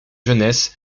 jeunesse